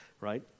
right